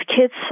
kids